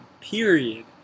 period